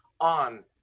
on